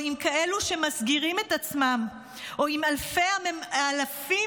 או עם כאלו שמסגירים את עצמם, או עם אלפי האלפים